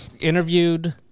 interviewed